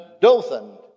Dothan